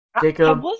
Jacob